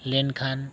ᱞᱮᱱᱠᱷᱟᱱ